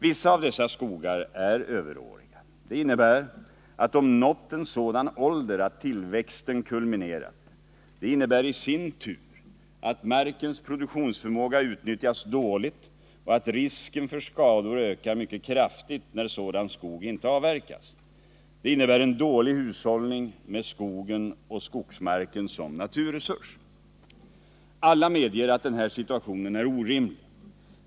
Vissa av dessa skogar är överåriga. Det innebär att de nått en sådan ålder att tillväxten kulminerat. Markens produktionsförmåga utnyttjas dåligt och risken för skador ökar mycket kraftigt när sådan skog inte avverkas. Det innebär en dålig hushållning med skogen och skogsmarken som naturresurs. Alla medger att den här situationen är orimlig.